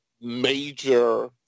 major